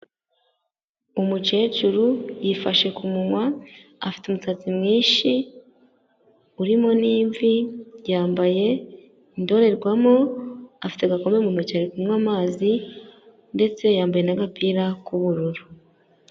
Umukecuru yifashe ku munwa afite umusatsi mwinshi urimo n'imvi, yambaye indorerwamo, afite agakokome mu ntoki ari kunywa amazi ndetse yambaye n'agapira k'ubururu.